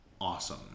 awesome